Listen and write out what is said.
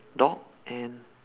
dog and